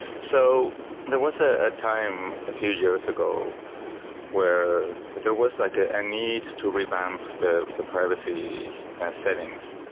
so there was a a time a few years ago where there was like a need to revamp the the privacy settings,